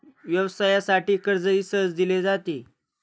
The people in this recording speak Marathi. व्यवसायासाठी कर्जही सहज दिले जाते